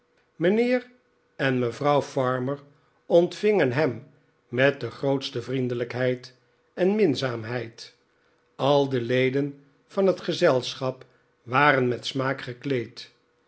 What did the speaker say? mynheer en mevrouw farmer ontvingenhem met de grootste vriendelh'kheid en minzaamheid al de leden van het gezelschap waren met smaak gekleed